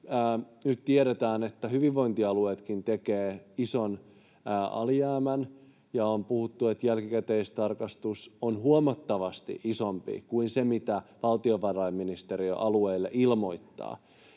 nyt tiedetään, että hyvinvointialueetkin tekevät ison alijäämän, ja on puhuttu, että jälkikäteistarkastus on huomattavasti isompi kuin se, mitä valtiovarainministeriö alueille ilmoittaa.